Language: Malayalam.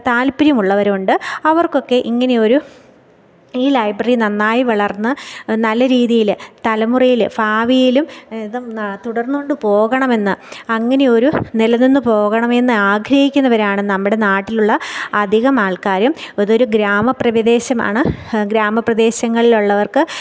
താല്പര്യമുള്ളവർ ഉണ്ട് അവർക്കൊക്കെ ഇങ്ങനെയൊരു ഈ ലൈബ്രറി നന്നായി വളർന്ന് നല്ല രീതിയിൽ തലമുറയിൽ ഭാവിയിലും ഇതും തുടർന്നുകൊണ്ട് പോകണമെന്ന് അങ്ങനെയൊരു നിലനിന്ന് പോകണമെന്ന് ആഗ്രഹിക്കുന്നവരാണ് നമ്മുടെ നാട്ടിലുള്ള അധികം ആൾക്കാരും ഇതൊരു ഗ്രാമ പ്രദേശമാണ് ഗ്രാമപ്രദേശങ്ങളിലുള്ളവർക്ക്